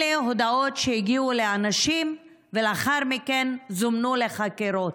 אלו הודעות שהגיעו לאנשים ולאחר מכן הם זומנו לחקירות.